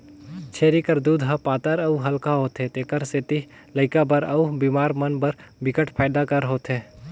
छेरी कर दूद ह पातर अउ हल्का होथे तेखर सेती लइका बर अउ बेमार मन बर बिकट फायदा कर होथे